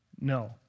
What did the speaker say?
No